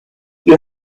you